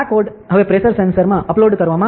આ કોડ હવે પ્રેશર સેન્સરમાં અપલોડ કરવામાં આવશે